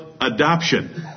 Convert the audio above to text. adoption